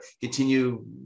continue